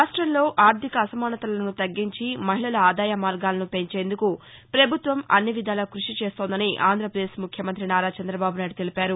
రాష్టంలో ఆర్ధిక అసమానతలను తగ్గించి మహిళల ఆదాయ మార్గాలను పెంచేందుకు ప్రభుత్వం అన్ని విధాలా కృషిచేస్తోందని ఆంధ్ర ప్రదేశ్ ముఖ్యమంతి నారా చందబాబు నాయుడు తెలిపారు